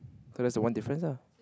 so that's the one difference ah